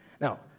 Now